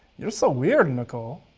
you're so weird, nicole.